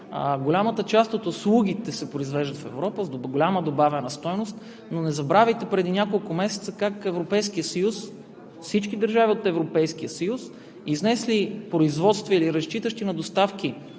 Голямата част от услугите се произвеждат в Европа с голяма добавена стойност. Не забравяйте преди няколко месеца как всички държави от Европейския съюз, изнесли производства или разчитащи на доставки